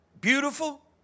beautiful